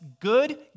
good